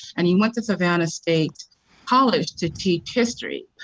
and he went to savannah state college to teach history.